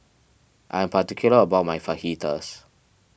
I am particular about my Fajitas